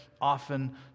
often